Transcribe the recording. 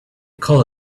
called